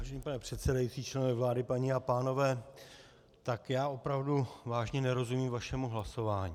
Vážený pane předsedající, členové vlády, paní a pánové, já opravdu vážně nerozumím vašemu hlasování.